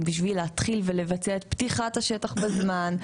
בשביל להתחיל ולבצע את פתיחת השטח בזמן,